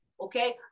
okay